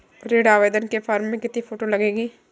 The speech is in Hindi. ऋण आवेदन के फॉर्म में कितनी फोटो लगेंगी?